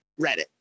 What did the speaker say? Reddit